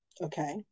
Okay